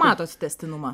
matot tęstinumą